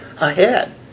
ahead